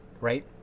right